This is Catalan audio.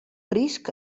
risc